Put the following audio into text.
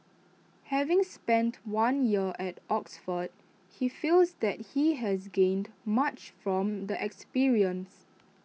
having spent one year at Oxford he feels that he has gained much from the experience